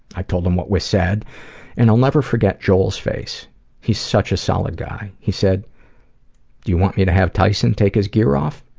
i told him what was said and i'll never forget joel's face he's such a solid guy he said, do you want me to have tyson take his gear off?